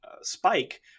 spike